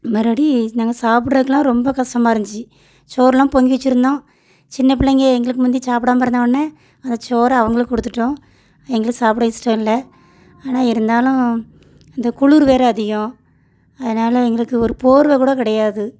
மறுபடி நாங்கள் சாப்பிட்றதுக்குலாம் ரொம்ப கஸ்டமாக இருந்துச்சு சோறு எல்லாம் பொங்கி வச்சுருந்தோம் சின்னப்பிள்ளைங்க எங்களுக்கு முந்தி சாப்பிடாம இருந்தவோன்னே அந்த சோறை அவங்களுக்கு கொடுத்துட்டோம் எங்களுக்கு சாப்பிட இஷ்டம் இல்லை ஆனால் இருந்தாலும் இந்த குளிர் வேறு அதிகம் அதனால் எங்களுக்கு ஒரு போர்வை கூட கிடையாது